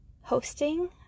hosting